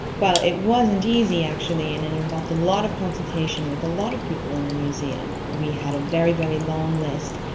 well, it wasn't easy actually and it involved a lot of consultation with a lot of people in the museum. we had a very, very long list,